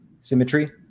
symmetry